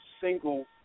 single